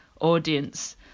audience